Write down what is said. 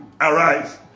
Arise